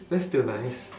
that's still nice